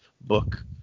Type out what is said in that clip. book